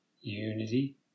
unity